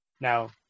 Now